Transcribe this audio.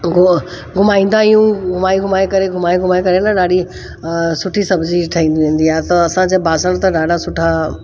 घो घुमाईंदा आहियूं घुमाए घुमाए करे घुमाए घुमाए करे न ॾाढी सुठी सब्जी ठही वेंदी आहे त असांजे बासण त ॾाढा सुठा